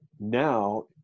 Now